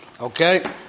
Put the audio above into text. Okay